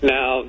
Now